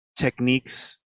techniques